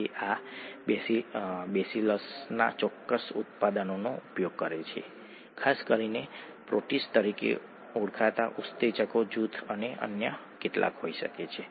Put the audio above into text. અને 5 prime carbon oxygen વગેરે સાથે તમારી પાસે ફોસ્ફેટ જૂથો છે જે જોડાય છે